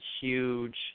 huge